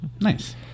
Nice